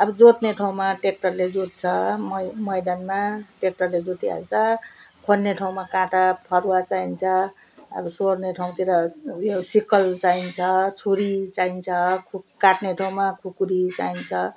अब जोत्ने ठाउँमा ट्र्याक्टरले जोत्छ मै मैदानमा ट्र्याक्टरले जोतिहाल्छ खन्ने ठाउँमा काँटा फरुवा चाहिन्छ अब सोहोर्ने ठाउँतिर उयो सिकल चाहिन्छ छुरी चाहिन्छ खु काट्ने ठाउँमा खुकुरी चाहिन्छ